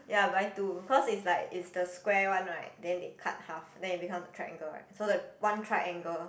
ya buy two cause is like is the square one right then they cut half then it become a triangle right so the one triangle